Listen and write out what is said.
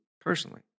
personally